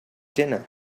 dinner